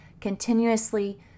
continuously